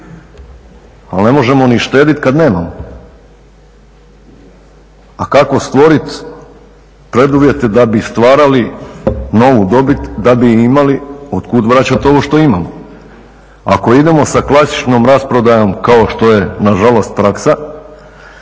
ali ne možemo ni štediti kad nemamo. A kako stvoriti preduvjete da bi stvarali novu dobit, da bi imali, od kuća vraćati ovo što imamo. Ako idemo sa klasičnom rasprodajom kao što je nažalost praksa,